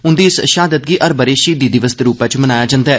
उंदी इस शहादत गी हर बंरे शहीदी दिवस दे रूपै च मनाया जंदा ऐ